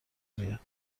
میاد